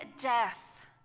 death